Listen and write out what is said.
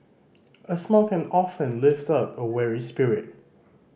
a smile can often lift up a weary spirit